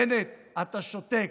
בנט, אתה שותק,